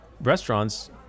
restaurants